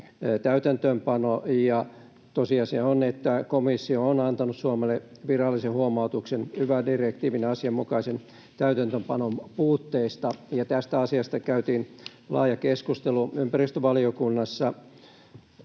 täytäntöönpano. Tosiasia on, että komissio on antanut Suomelle virallisen huomautuksen yva-direktiivin asianmukaisen täytäntöönpanon puutteista, ja tästä asiasta käytiin laaja keskustelu ympäristövaliokunnassa.